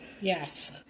Yes